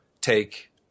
take